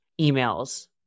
emails